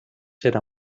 ser